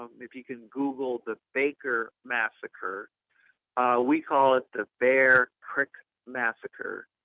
um if you can google the baker massacre we call it the bear creek massacre.